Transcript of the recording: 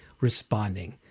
responding